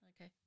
Okay